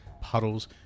puddles